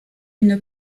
une